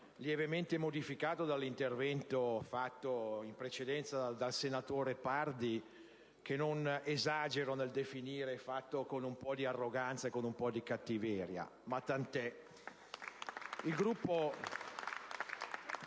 lievemente modificato dall'intervento fatto in precedenza dal senatore Pardi, che non esagero nel definire fatto con un po' di arroganza e cattiveria. Ma tant'è!